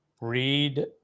read